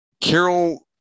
Carol